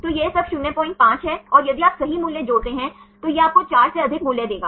तो यह सब 05 है और यदि आप सही मूल्य जोड़ते हैं तो यह आपको 4 से अधिक मूल्य देगा